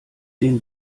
den